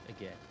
again